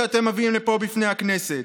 שאתם מביאים לפה בפני הכנסת?